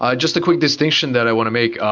ah just a quick distinction that i want to make,